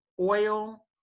oil